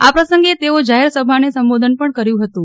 આ પ્રસંગે તેઓ જાહેરસભાને સંબોધન કયુ હતું